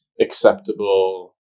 acceptable